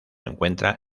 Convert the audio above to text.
encuentra